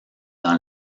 dans